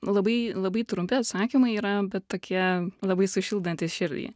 labai labai trumpi atsakymai yra bet tokie labai sušildantys širdį